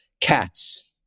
cats